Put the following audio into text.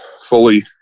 fully